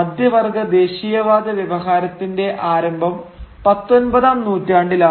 മധ്യവർഗ്ഗ ദേശീയവാദ വ്യവഹാരത്തിന്റെ ആരംഭം പത്തൊമ്പതാം നൂറ്റാണ്ടിലാണ്